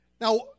Now